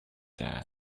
that